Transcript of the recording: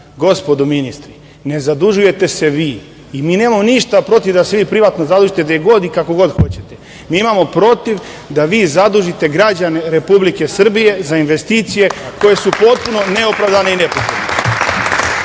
Gospodo ministri, ne zadužujete se vi. Mi nemamo ništa protiv da se vi privatno zadužiti gde god i kako god hoćete, mi imamo protiv da vi zadužite građane Republike Srbije za investicije koje su potpuno neopravdane i nepotrebne. Što